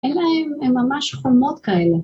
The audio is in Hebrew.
אלא הן ממש חומות כאלה.